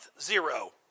zero